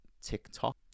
TikTok